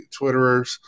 Twitterers